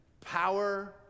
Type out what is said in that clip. power